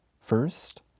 First